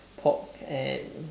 pork and